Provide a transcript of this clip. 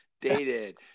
dated